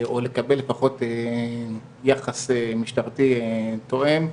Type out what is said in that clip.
או לקבל לפחות יחס משטרתי תואם,